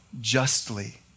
justly